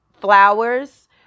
flowers